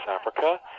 Africa